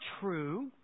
true